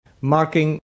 Marking